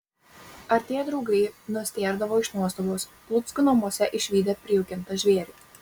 atėję draugai nustėrdavo iš nuostabos luckų namuose išvydę prijaukintą žvėrį